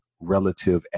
relative